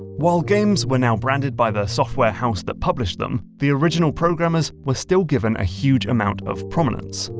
while games were now branded by the software house that published them, the original programmers were still given a huge amount of prominence.